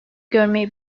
görmeyi